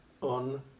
on